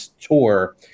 tour